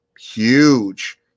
Huge